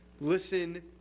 Listen